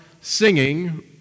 singing